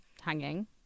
Hanging